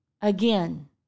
again